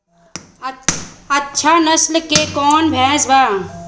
अच्छा नस्ल के कौन भैंस बा?